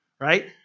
right